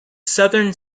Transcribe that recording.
southern